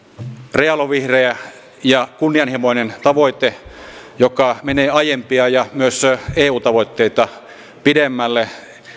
realovihreä ja kunnianhimoinen tavoite joka menee aiempia ja myös eu tavoitteita pidemmälle